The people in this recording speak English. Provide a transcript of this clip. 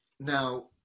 Now